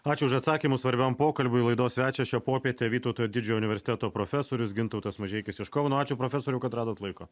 ačiū už atsakymus svarbiam pokalbiui laidos svečias šią popietę vytauto didžiojo universiteto profesorius gintautas mažeikis iš kauno ačiū profesoriau kad radot laiko